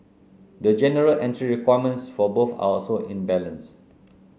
the general entry requirements for both are also imbalanced